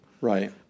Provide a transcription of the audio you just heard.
Right